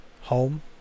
home